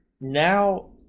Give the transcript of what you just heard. now